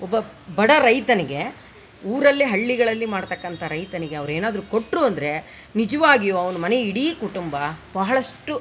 ಒಬ್ಬ ಬಡ ರೈತನಿಗೆ ಊರಲ್ಲಿ ಹಳ್ಳಿಗಳಲ್ಲಿ ಮಾಡ್ತಕಂಥ ರೈತನಿಗೆ ಅವರೇನಾದ್ರೂ ಕೊಟ್ಟರು ಅಂದರೆ ನಿಜವಾಗಿಯು ಅವ್ನು ಮನೆ ಇಡೀ ಕುಟುಂಬ ಬಹಳಷ್ಟು